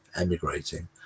emigrating